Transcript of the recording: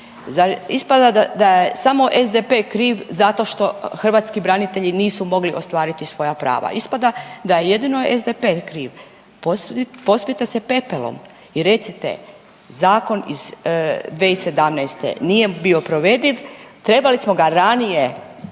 Ispada da je samo SDP kriv zato što hrvatski branitelji nisu mogli ostvariti svoja prava. Ispada da je jedino SDP kriv. Pospite se pepelom i recite zakon iz 2017. nije bio provediv trebali smo ga ranije,